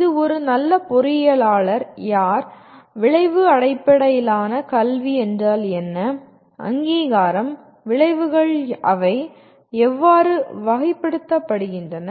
இது ஒரு நல்ல பொறியியலாளர் யார் விளைவு அடிப்படையிலான கல்வி என்றால் என்ன அங்கீகாரம் விளைவுகள் அவை எவ்வாறு வகைப்படுத்தப்படுகின்றன